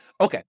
Okay